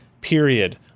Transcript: period